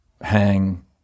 hang